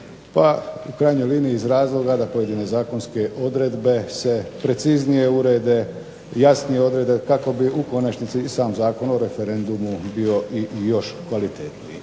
u krajnjoj liniji iz razloga da pojedine zakonske odredbe se preciznije urede, jasnije odrede, kako bi u konačnici i sam Zakon o referendumu bio i još kvalitetniji.